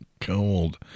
cold